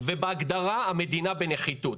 ובהגדרה המדינה בנחיתות.